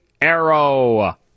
Arrow